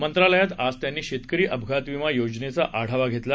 मंत्र्यालयात आज त्यांनी शेतकरी अपघात विमा योजनेचा आढावा घेतला